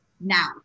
now